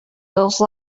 those